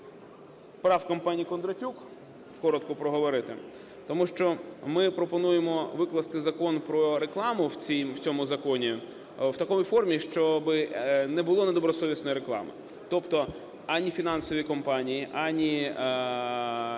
правках пані Кондратюк коротко проговорити. Тому що ми пропонуємо викласти Закон "Про рекламу" в цьому законі в такій формі, щоби не було недобросовісної реклами. Тобто ані фінансові компанії, ані особи